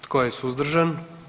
Tko je suzdržan?